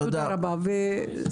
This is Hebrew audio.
תודה רבה וסליחה.